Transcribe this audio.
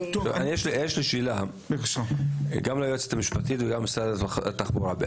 יש לי שאלה גם ליועצת המשפטית וגם למשרד התחבורה.